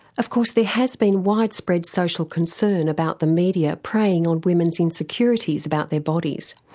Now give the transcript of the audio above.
of course there has been widespread social concern about the media preying on women's insecurities about their bodies.